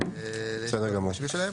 בסדר גמור.